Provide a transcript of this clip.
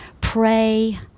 pray